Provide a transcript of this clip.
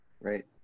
Right